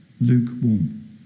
lukewarm